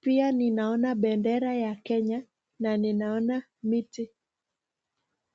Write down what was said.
pia ninaona bendera ya Kenya na ninaona miti.